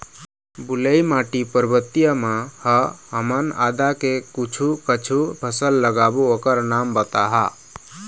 बलुई माटी पर्वतीय म ह हमन आदा के कुछू कछु फसल लगाबो ओकर नाम बताहा?